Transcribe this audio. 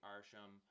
Arsham